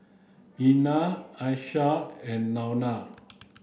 Lela Alesia and Launa